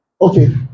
okay